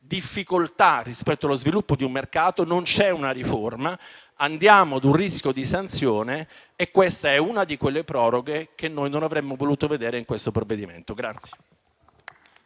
difficoltà rispetto allo sviluppo di un mercato; non c'è una riforma. Andiamo verso il rischio di sanzione, e questa è una di quelle proroghe che non avremmo voluto vedere in questo provvedimento.